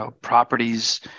properties